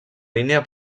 línia